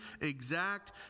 exact